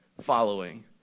following